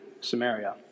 Samaria